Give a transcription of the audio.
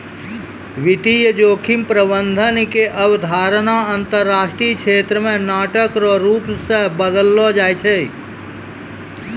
वित्तीय जोखिम प्रबंधन के अवधारणा अंतरराष्ट्रीय क्षेत्र मे नाटक रो रूप से बदललो छै